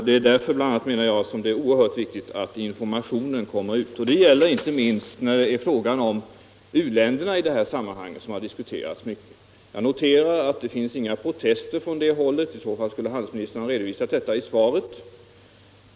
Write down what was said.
Det är bl.a. därför oerhört viktigt att "formationen når ut. Det gäller inte minst u-länderna i detta sammanhang, som har diskuterats mycket. Jag noterar att det inte finns några protester från det hållet. I så fall skulle handelsministern ha redovisat detta i svaret.